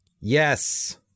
Yes